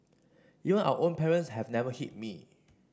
even our own parents have never hit me